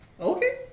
Okay